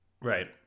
right